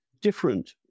different